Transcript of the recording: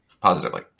positively